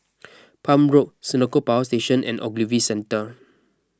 Palm Road Senoko Power Station and Ogilvy Centre